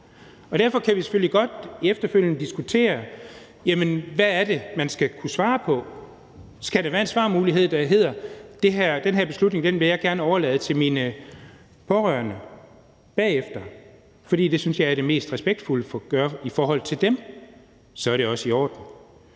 orden. Vi kan selvfølgelig godt efterfølgende diskutere: Hvad er det, man skal kunne svare på? Skal der være en svarmulighed, der hedder: Den her beslutning vil jeg gerne overlade til mine pårørende bagefter, fordi jeg synes, det er det mest respektfulde at gøre i forhold til dem? Det er også i orden.